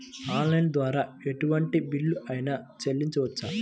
Online ద్వారా ఎటువంటి bill అయినా చెల్లించవచ్చా?